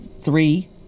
three